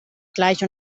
gleich